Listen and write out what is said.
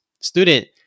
student